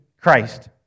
Christ